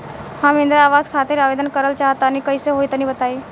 हम इंद्रा आवास खातिर आवेदन करल चाह तनि कइसे होई तनि बताई?